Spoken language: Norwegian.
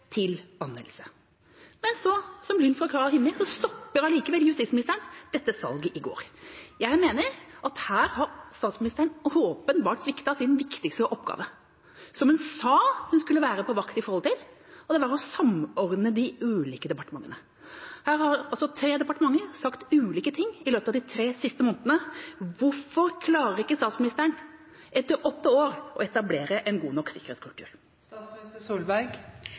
til anvendelse. Men så, som lyn fra klar himmel, stoppet allikevel justisministeren dette salget i går. Jeg mener at her har statsministeren åpenbart sviktet sin viktigste oppgave, som hun sa hun skulle være på vakt overfor, og det er å samordne de ulike departementene. Her har altså tre departementer sagt ulike ting i løpet av de tre siste månedene. Hvorfor klarer ikke statsministeren etter åtte år å etablere en god nok